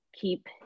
keep